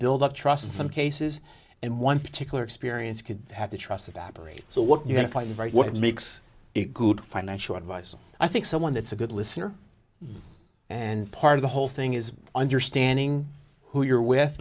build up trust in some cases and one particular experience could have the trust of babri so what you're fighting right what makes it good financial advice i think someone that's a good listener and part of the whole thing is understanding who you're with